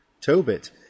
Tobit